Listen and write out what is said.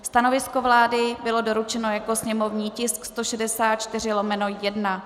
Stanovisko vlády bylo doručeno jako sněmovní tisk 164/1.